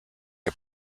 are